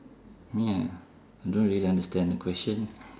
ya I don't really understand the question